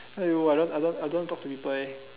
!aiyo! I don't I don't I don't want talk to people leh